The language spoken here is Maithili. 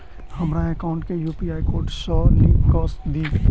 हमरा एकाउंट केँ यु.पी.आई कोड सअ लिंक कऽ दिऽ?